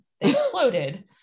exploded